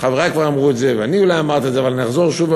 חברי כבר אמרו את זה ואני אולי אמרתי את זה אבל אני אחזור שוב.